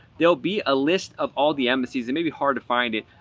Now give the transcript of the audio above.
there'll be a list of all the embassies. it may be hard to find it,